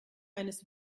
eines